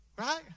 right